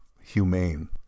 humane